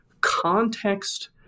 context